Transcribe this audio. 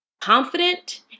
confident